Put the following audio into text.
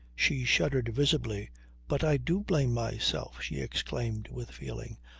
she shuddered visibly but i do blame myself, she exclaimed with feeling.